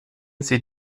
sie